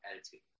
attitude